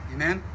Amen